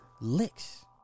licks